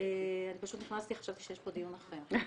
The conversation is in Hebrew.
אני פשוט נכנסתי, חשבתי שיש פה דיון אחר,